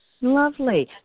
lovely